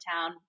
Town